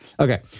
Okay